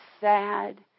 sad